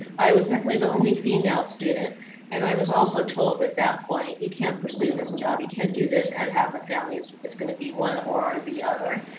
i was definitely the only female student and i was also told at that point you can't pursue this job. you can't do this and have a family. it's it's going to be one or the other.